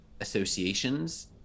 associations